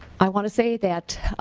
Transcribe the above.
i want to say that